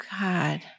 God